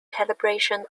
calibration